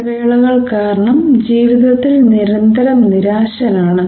മോശം ഇടവേളകൾ കാരണം ജീവിതത്തിൽ നിരന്തരം നിരാശനാണ്